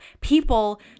people